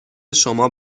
شما